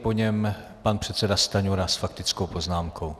Po něm pan předseda Stanjura s faktickou poznámkou.